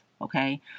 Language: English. okay